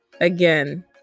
Again